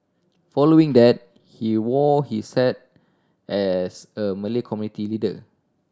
following that he wore his hat as a Malay community leader